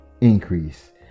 increase